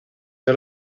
del